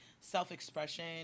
self-expression